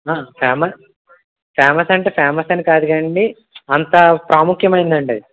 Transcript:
famous famous అంటే famous అని కాదు కానండి అంత ప్రాముఖ్యం అయిందండి అది